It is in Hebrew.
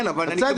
כן, אבל --- תצא,